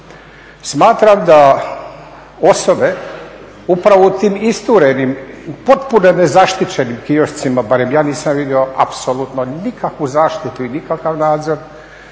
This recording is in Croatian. Smatram da osobe upravo u tim isturenim i potpuno nezaštićenim kioscima, barem ja nisam vidio apsolutno nikakvu zaštitu i nikakav nadzor,